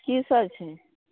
की सब छै